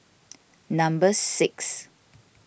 number six